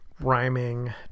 Rhyming